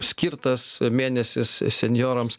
skirtas mėnesis senjorams